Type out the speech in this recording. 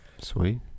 Sweet